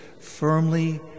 firmly